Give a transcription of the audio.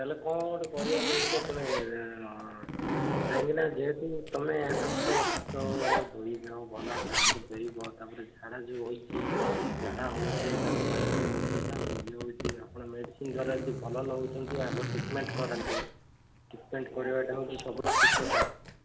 ତା'ହେଲେ କ'ଣ ଗୋଟେ କରିବା କହୁଛ ତୁମେ କାହିଁକି ନା ଯେହେତୁ ତୁମେ ହାତ ହାତ ଧୋଇନ ଭଲ କିରି ହାତ ଧୋଇବ ତା'ପରେ ଝାଡ଼ା ଯେଉଁ ହେଇଛି ଝାଡ଼ା ହେଉଛି କାହାକୁ ବାନ୍ତି ହେଉଛି କାହାକୁ ଇଏ ହେଉଛି ଆପଣ ମେଡ଼ିସିନ୍ ଦ୍ୱାରା ଯଦି ଭଲ ନ ହେଉଛନ୍ତି ଆଗ ଟ୍ରିଟମେଣ୍ଟ୍ କରାନ୍ତୁ ଟ୍ରିଟମେଣ୍ଟ୍ କରିବାଟା ହେଉଛି ସବୁଠୁ ଠିକ୍ କଥା